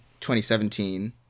2017